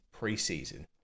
preseason